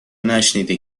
نشنیدی